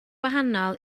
wahanol